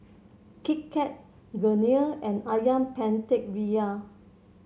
Kit Kat Garnier and ayam Penyet Ria